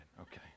okay